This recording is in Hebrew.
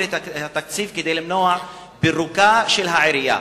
את התקציב כדי למנוע את פירוקה של העירייה.